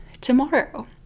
tomorrow